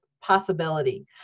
possibility